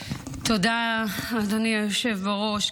תודה, אדוני היושב בראש.